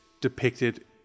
depicted